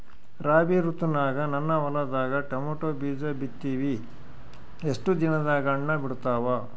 ರಾಬಿ ಋತುನಾಗ ನನ್ನ ಹೊಲದಾಗ ಟೊಮೇಟೊ ಬೀಜ ಬಿತ್ತಿವಿ, ಎಷ್ಟು ದಿನದಾಗ ಹಣ್ಣ ಬಿಡ್ತಾವ?